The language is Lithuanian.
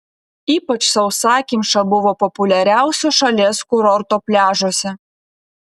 ypač sausakimša buvo populiariausio šalies kurorto pliažuose